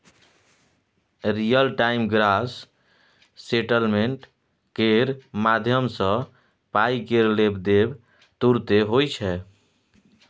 real time gross settlement केर माध्यमसँ पाइ केर लेब देब तुरते होइ छै